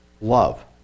love